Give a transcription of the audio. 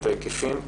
ההיקפים.